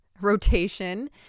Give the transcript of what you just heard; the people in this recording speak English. rotation